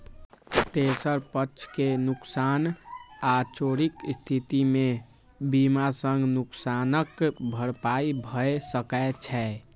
तेसर पक्ष के नुकसान आ चोरीक स्थिति मे बीमा सं नुकसानक भरपाई भए सकै छै